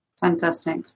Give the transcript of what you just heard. Fantastic